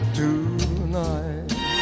tonight